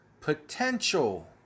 potential